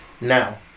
Now